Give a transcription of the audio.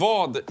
Vad